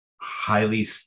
highly